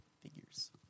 Figures